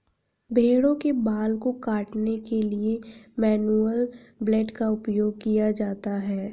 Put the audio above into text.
भेड़ों के बाल को काटने के लिए मैनुअल ब्लेड का उपयोग किया जाता है